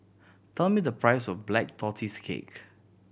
tell me the price of Black Tortoise Cake